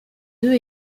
deux